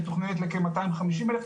מתוכננת לכמאתיים חמישים אלף תושבים,